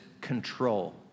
control